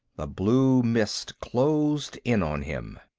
the blue mist closed in on him.